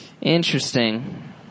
Interesting